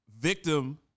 Victim